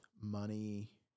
money